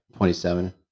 27